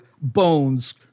bones